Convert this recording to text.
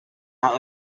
not